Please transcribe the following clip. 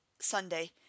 Sunday